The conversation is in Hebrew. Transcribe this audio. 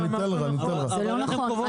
מה קרה?